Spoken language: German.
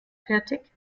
fertig